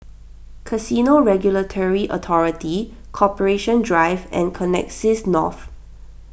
Casino Regulatory Authority Corporation Drive and Connexis North